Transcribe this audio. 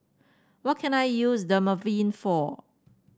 what can I use Dermaveen for